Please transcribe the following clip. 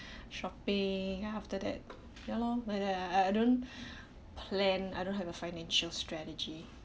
shopping ya after that ya lor like that I don't plan I don't have a financial strategy